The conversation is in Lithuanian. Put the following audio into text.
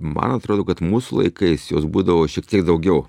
man atrodo kad mūsų laikais jos būdavo šiek tiek daugiau